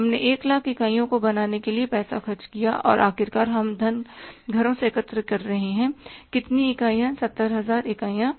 हमने 100000 इकाइयों को बनाने के लिए पैसा खर्च किया है और आखिरकार हमने धन घरों से एकत्र किया है कि कितनी इकाइयाँ 70000 इकाइयाँ हैं